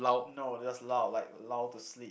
no it was lull like lull to sleep